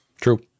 True